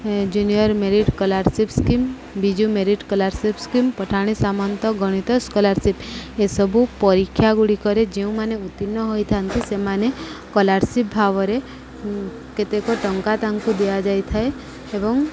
junior merit scholarship scheme Biju merit scholarship scheme Pathani Samanta ଗଣିତ scholarship ଏସବୁ ପରୀକ୍ଷା ଗୁଡ଼ିକରେ ଯେଉଁମାନେ ଉତ୍ତୀର୍ଣ୍ଣ ହୋଇଥାନ୍ତି ସେମାନେ କଲାରସିପ୍ ଭାବରେ କେତେକ ଟଙ୍କା ତାଙ୍କୁ ଦିଆଯାଇଥାଏ ଏବଂ